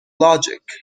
logic